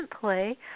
play